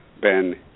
ben